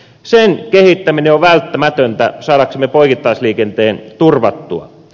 sen kehittäminen on välttämätöntä saadaksemme poikittaisliikenteen turvattua